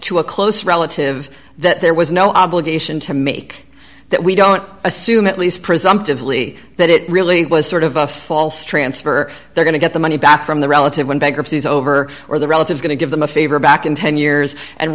to a close relative that there was no obligation to make that we don't assume at least presumptively that it really was sort of a false transfer they're going to get the money back from the relative when bankruptcy is over or the relatives going to give them a favor back in ten years and